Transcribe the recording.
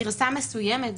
גרסה מסוימת,